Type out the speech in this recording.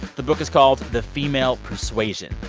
the book is called the female persuasion.